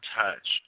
touch